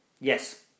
Yes